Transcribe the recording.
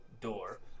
door